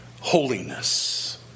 holiness